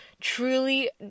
truly